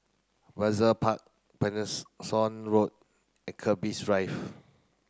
Brizay Park Road and Keris Drive